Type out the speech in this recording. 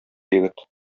егет